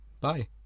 Bye